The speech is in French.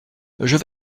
vais